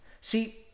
See